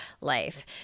life